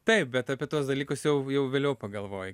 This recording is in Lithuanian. taip bet apie tuos dalykus jau jau vėliau pagalvoji